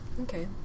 okay